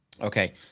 okay